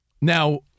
Now